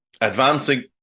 advancing